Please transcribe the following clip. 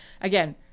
again